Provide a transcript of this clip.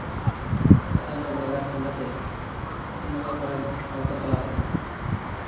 ᱥᱮ ᱟᱭᱢᱟ ᱡᱟᱭᱜᱟᱨᱮ ᱥᱮᱱ ᱠᱟᱛᱮᱫ ᱚᱱᱟ ᱠᱚᱨᱮᱱ ᱦᱚᱲ ᱠᱚ ᱛᱟᱞᱟᱨᱮ